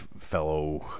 fellow